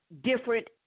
different